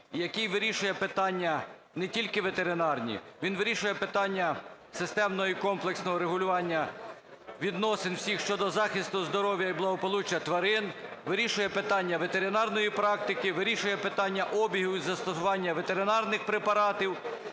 який вирішує питання не тільки ветеринарні, він вирішує питання системного і комплексного регулювання відносин всіх щодо захисту здоров'я і благополуччя тварин, вирішує питання ветеринарної практики, вирішує питання обігу і застосування ветеринарних препаратів